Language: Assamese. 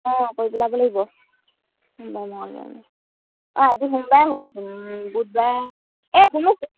অঁ কৰি পেলাব লাগিব অঁ আজি সোমবাৰ হ'লচোন বুধবাৰে এ শুনো